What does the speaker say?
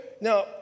now